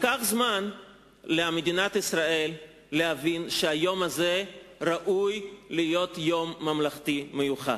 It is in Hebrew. לקח זמן למדינת ישראל להבין שהיום הזה ראוי להיות יום ממלכתי מיוחד.